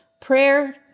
Prayer